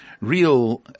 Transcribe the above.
real